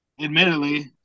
admittedly